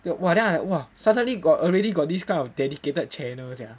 !wah! then I like !wah! suddenly got already got this kind of dedicated channel sia